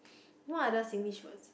what other Singlish word